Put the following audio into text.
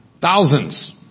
Thousands